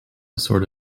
sort